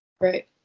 right